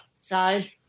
side